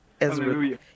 Hallelujah